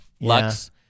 Lux